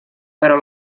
però